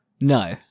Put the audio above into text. No